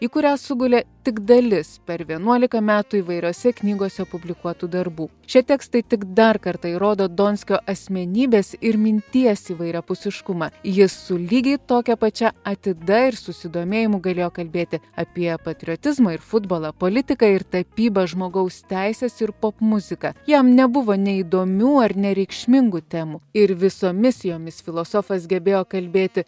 į kurią sugulė tik dalis per vienuolika metų įvairiose knygose publikuotų darbų šie tekstai tik dar kartą įrodo donskio asmenybės ir minties įvairiapusiškumą jis su lygiai tokia pačia atida ir susidomėjimu galėjo kalbėti apie patriotizmą ir futbolą politiką ir tapybą žmogaus teises ir popmuzika jam nebuvo neįdomių ar nereikšmingų temų ir visomis jomis filosofas gebėjo kalbėti